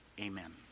amen